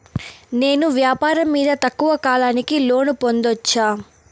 నేను వ్యాపారం మీద తక్కువ కాలానికి లోను పొందొచ్చా?